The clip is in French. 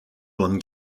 bonne